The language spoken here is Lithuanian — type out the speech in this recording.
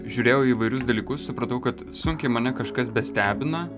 žiūrėjau įvairius dalykus supratau kad sunkiai mane kažkas bestebina